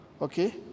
Okay